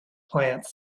plants